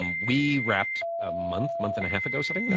we wrapped a month, month and a half ago, something,